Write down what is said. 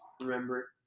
Remember